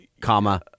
comma